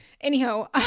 Anyhow